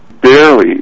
barely